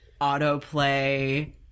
autoplay